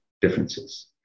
differences